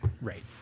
Right